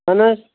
اَہَن حظ